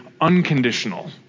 unconditional